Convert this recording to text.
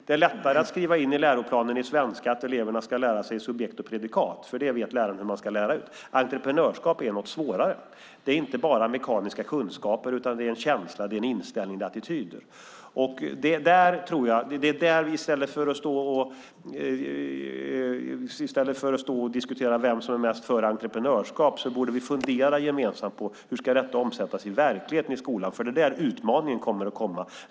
Det är lättare att skriva in i läroplanen i svenska att eleverna ska lära sig subjekt och predikat, för det vet läraren hur man ska lära ut. Entreprenörskap är något som är svårare. Det är inte bara mekaniska kunskaper utan en känsla, en inställning och attityder. I stället för att stå och diskutera vem som är mest för entreprenörskap borde vi gemensamt fundera på hur detta ska omsättas i verkligheten i skolan. Det är där utmaningen kommer att komma.